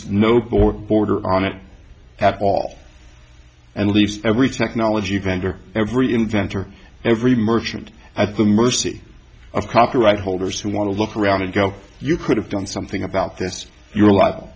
court order on it at all and leaves every technology vendor every inventor every merchant at the mercy of copyright holders who want to look around and go you could have done something about this you're l